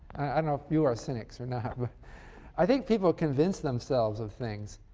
i don't know if you are cynics or not, but i think people convinced themselves of things.